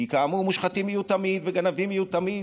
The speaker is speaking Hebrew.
כי כאמור מושחתים יהיו תמיד וגנבים יהיו תמיד,